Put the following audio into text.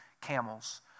camels